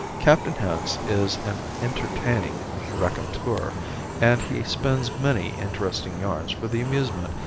captain hance is an entertaining raconteur and he spins many interesting yarns for the amusement,